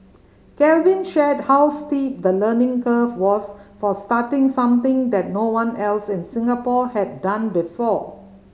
Calvin shared how steep the learning curve was for starting something that no one else in Singapore had done before